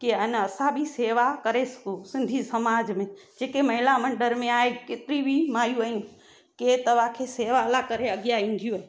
कि ऐं न असां बि शेवा करे सघूं सिंधी समाज में जेके महिला मंडल में आहे केतिरी बि माइयूं आहिनि के तव्हांखे शेवा लाइ अॻियां ईंदियूं आहिनि